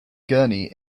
gurney